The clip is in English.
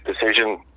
decision